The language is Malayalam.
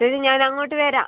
ഇത് ഞാൻ അങ്ങോട്ട് വരാം